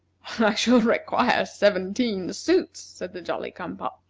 i shall require seventeen suits, said the jolly-cum-pop.